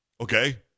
okay